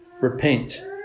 Repent